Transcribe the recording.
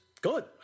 good